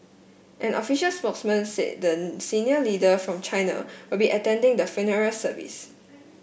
an official spokesman said then senior leader from China will be attending the funeral service